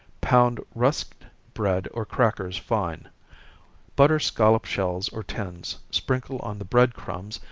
pound rusked bread or crackers fine butter scollop shells or tins, sprinkle on the bread crumbs,